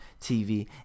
TV